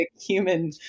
human